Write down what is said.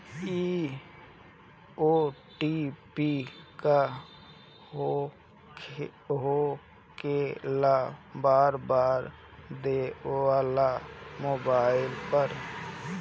इ ओ.टी.पी का होकेला बार बार देवेला मोबाइल पर?